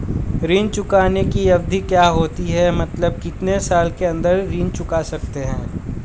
ऋण चुकाने की अवधि क्या होती है मतलब कितने साल के अंदर ऋण चुका सकते हैं?